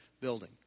building